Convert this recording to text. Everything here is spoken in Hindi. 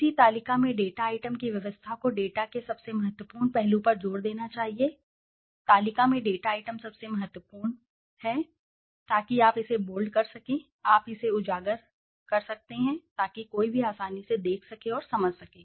किसी तालिका में डेटा आइटम की व्यवस्था को डेटा के सबसे महत्वपूर्ण पहलू पर जोर देना चाहिए तालिका में डेटा आइटम सबसे महत्वपूर्ण पर जोर देना चाहिए ताकि आप इसे बोल्ड कर सकें आप इसे उजागर कर सकते हैं ताकि कोई भी आसानी से देख सके और समझना